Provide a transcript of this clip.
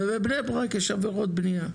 ובבני ברק יש עבירות בנייה.